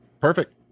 Perfect